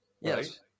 Yes